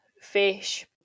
fish